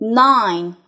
nine